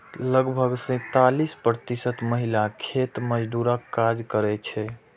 लगभग सैंतालिस प्रतिशत महिला खेत मजदूरक काज करै छै